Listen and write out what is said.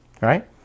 right